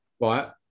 Right